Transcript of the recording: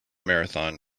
marathon